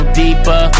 deeper